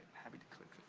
happy to click